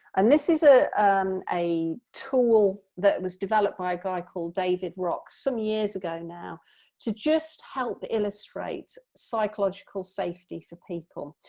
and this is ah a tool that was developed by a guy called david rocks some years ago now to just help illustrate psychological safety for people.